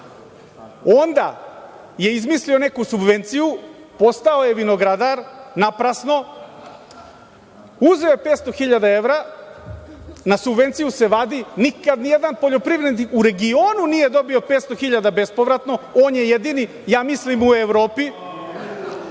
onda je izmislio neku subvenciju, postao je vinogradar naprasno. Uzeo je 500.000 evra, na subvenciju se vadi, nikad ni jedan poljoprivrednik u regionu nije dobio 500.000 bespovratno on je jedini, ja mislim u Evropi,